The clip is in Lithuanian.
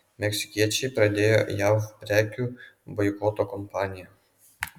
meksikiečiai pradėjo jav prekių boikoto kampaniją